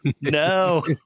no